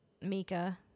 Mika